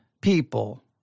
people